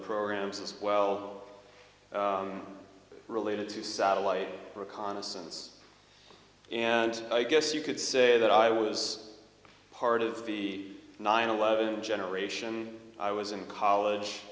programs as well related to satellite reconnaissance and i guess you could say that i was part of the nine eleven generation i was in college